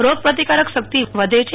રોગ પ્રતિકર શક્તિ વધે છે